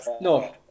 No